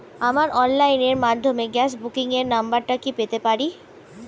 আমার অনলাইনের মাধ্যমে গ্যাস বুকিং এর নাম্বারটা কি পেতে পারি?